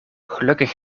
gelukkig